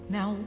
Now